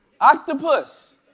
octopus